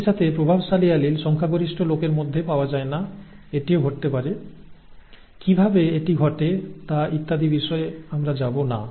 একই সাথে প্রভাবশালী অ্যালিল সংখ্যাগরিষ্ঠ লোকের মধ্যে পাওয়া যায় না এটিও ঘটতে পারে কিভাবে এটি ঘটে তা ইত্যাদি বিষয়ে আমরা যাব না